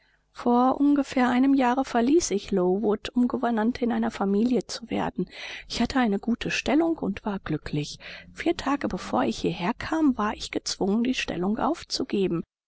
vor ungefähr einem jahre verließ ich lowood um gouvernante in einer familie zu werden ich hatte eine gute stellung und war glücklich vier tage bevor ich hierher kam war ich gezwungen die stellung aufzugeben